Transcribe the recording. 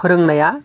फोरोंनाया